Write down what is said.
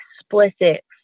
explicit